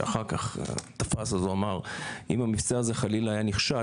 אז הוא אמר: אם המבצע הזה חלילה היה נכשל,